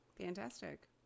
Fantastic